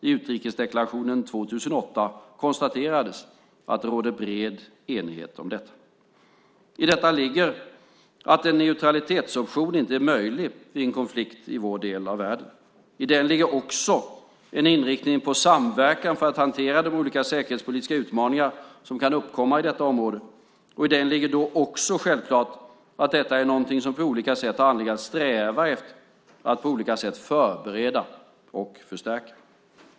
I utrikesdeklarationen 2008 konstaterades att det råder bred enighet om detta. I detta ligger att en neutralitetsoption inte är möjlig vid en konflikt i vår del av världen. I den ligger också en inriktning på samverkan för att hantera de olika säkerhetspolitiska utmaningar som kan uppkomma i detta område, och i den ligger då också självklart att detta är någonting som vi på olika sätt har anledning att sträva efter att på olika sätt förbereda och förstärka.